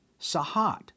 sahat